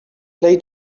play